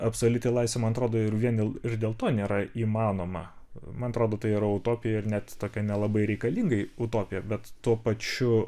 absoliuti laisvė man atrodo ir vien ir dėl to nėra įmanoma man atrodo tai yra utopija ir net tokia nelabai reikalinga utopija bet tuo pačiu